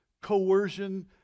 coercion